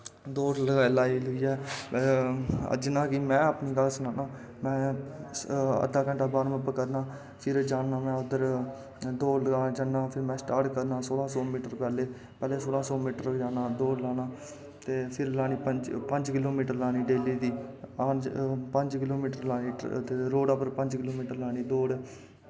दौड़ लाई लुईयै जि'यां कि में अपनी गल्ल सनान्ना में अद्धा घैंटा बार्मअप करना फिर जन्ना में उद्धर दौड़ लान जन्ना फिर में स्टार्ट करना पैह्लें सोलां सौ मीटर जन्ना दौड़ लान्ना फिर पंज किलो मीटर लानी डेल्ली दी पंज किलो मीटर लानी रोड़ै पर पंज किलो मीटर लानी